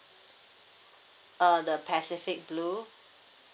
uh the pacific blue